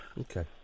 Okay